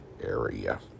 area